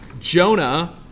Jonah